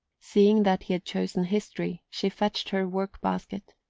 seeing that he had chosen history she fetched her workbasket,